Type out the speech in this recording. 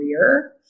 career